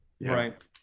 right